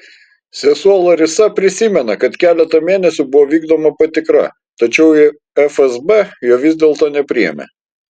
sesuo larisa prisimena kad keletą mėnesių buvo vykdoma patikra tačiau į fsb jo vis dėlto nepriėmė